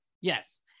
Yes